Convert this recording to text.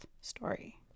story